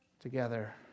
Together